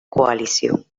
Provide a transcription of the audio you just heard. coalición